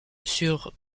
sur